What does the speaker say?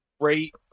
great